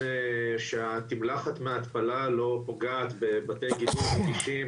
שהתמלחת מההתפלה לא פוגעת בבתי גידול רגישים